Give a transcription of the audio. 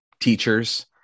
teachers